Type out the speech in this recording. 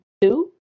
two